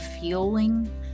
feeling